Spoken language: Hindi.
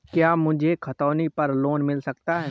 क्या मुझे खतौनी पर लोन मिल सकता है?